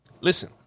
Listen